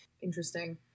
Interesting